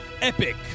Epic